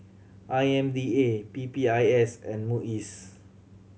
I M D A P P I S and MUIS